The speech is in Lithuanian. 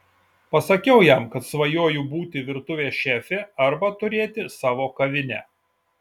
pasakiau jam kad svajoju būti virtuvės šefė arba turėti savo kavinę